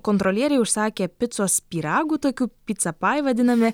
kontrolieriai užsakė picos pyragų tokių pica pai vadinami